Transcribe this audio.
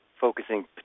focusing